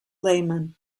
laymen